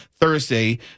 Thursday